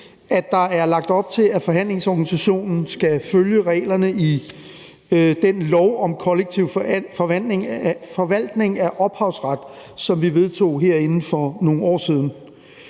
at der er lagt op til, at forhandlingsorganisationen skal følge reglerne i den lov om kollektiv forvaltning af ophavsret, som vi vedtog herinde for nogle år siden.